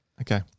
Okay